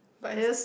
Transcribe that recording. but it's